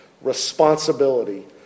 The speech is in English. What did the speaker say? responsibility